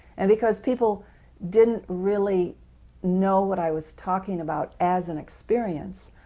and because people didn't really know what i was talking about as an experience,